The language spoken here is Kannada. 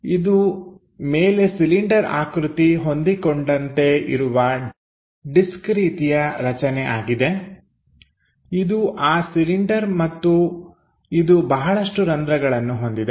ಇದು ಮೇಲೆ ಸಿಲಿಂಡರ್ ಆಕೃತಿ ಹೊಂದಿಕೊಂಡಂತೆ ಇರುವ ಡಿಸ್ಕ್ ರೀತಿಯ ರಚನೆ ಆಗಿದೆ ಇದು ಆ ಸಿಲಿಂಡರ್ ಮತ್ತು ಇದು ಬಹಳಷ್ಟು ರಂಧ್ರಗಳನ್ನು ಹೊಂದಿದೆ